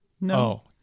No